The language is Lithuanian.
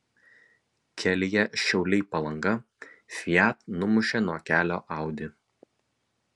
kelyje šiauliai palanga fiat numušė nuo kelio audi